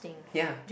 ya